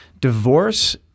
Divorce